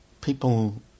people